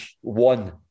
One